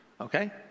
okay